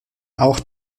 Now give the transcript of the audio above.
auch